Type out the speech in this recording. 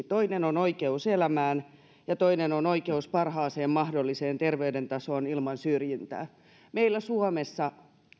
toinen on oikeus elämään ja toisessa on oikeus parhaaseen mahdolliseen terveyden tasoon ilman syrjintää meillä suomessa